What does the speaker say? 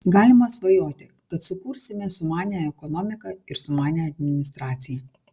galima svajoti kad sukursime sumanią ekonomiką ir sumanią administraciją